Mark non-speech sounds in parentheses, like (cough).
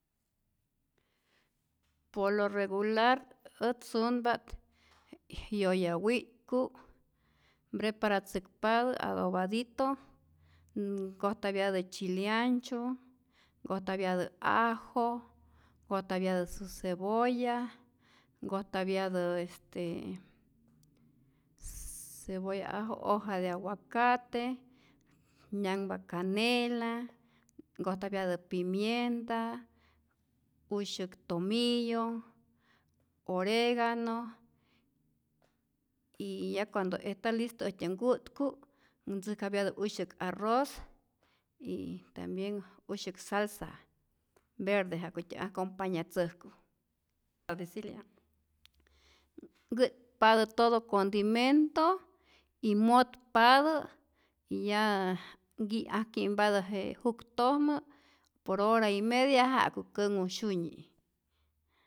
Por lo regular ät sunpa't yoya wi'ku' preparatzäkpatä adobadito, nkojtapyatä chileancho, nkojtapyatä ajo, nkojtapyatä su cebolla, nkojtapyatä cebolla ajo, hoja de aguacate, nyanhpa canela, nkojtapyatä pimienta, usyä'k tomillo, oregano, y ya cuando esta listo äjtyä nku'tku ntzäjkapyatä usyäk arroz y tambien usyäk salsa verde ja'kutyä acompañatzäjku, (hesitation) nhkä'tpatä todo condimento y motpatä y ya tiji'k anjki'mpatä je juktojmä por hora y media ja'ku kä'nhu syunyi'.